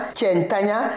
Chentanya